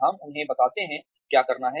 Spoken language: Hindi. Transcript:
हम उन्हें बताते हैं क्या करना है